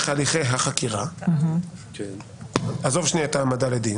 הליכי החקירה עזוב שנייה את ההעמדה לדין